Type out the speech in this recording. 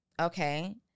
Okay